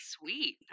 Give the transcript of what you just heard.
Sweet